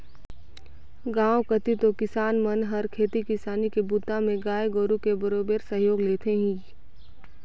गांव कति तो किसान मन हर खेती किसानी के बूता में गाय गोरु के बरोबेर सहयोग लेथें ही